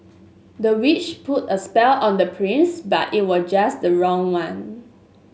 the witch put a spell on the prince but it was just the wrong one